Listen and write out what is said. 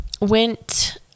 went